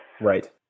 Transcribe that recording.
Right